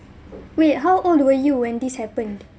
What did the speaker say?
wait how old were you when this happened